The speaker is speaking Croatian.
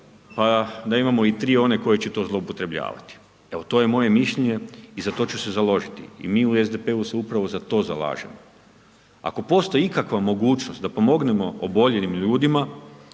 da imamo i 3 oni koji će to zloup9otrebljavati. To je moje mišljenje i za to ću se založiti i mi u SDP-u se upravo za to zalažemo. Ako postoji ikakva mogućnost da pomognemo oboljelim ljudima,